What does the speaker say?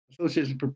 association